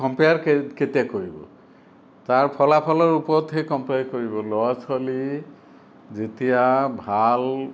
compare কেতিয়া কৰিব তাৰ ফলাফলৰ ওপৰতহে কম্পেয়াৰ কৰিব ল'ৰা ছোৱালী যেতিয়া ভাল